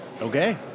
Okay